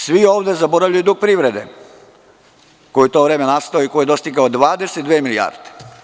Svi ovde zaboravljaju dug privrede koji je u to vreme nastao i koji je dostigao 22 milijarde.